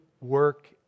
work